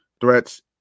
threats